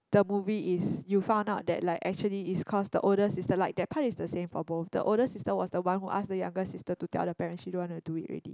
the movie is you found out that like actually is cause the older sister like that part it's the same for both the older sister was the one who ask the younger sister to tell the parents she don't want to do it already